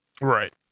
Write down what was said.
Right